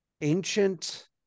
ancient